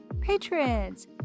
patrons